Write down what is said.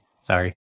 Sorry